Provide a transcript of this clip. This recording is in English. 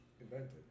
invented